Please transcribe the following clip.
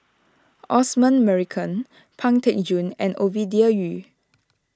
Osman Merican Pang Teck Joon and Ovidia Yu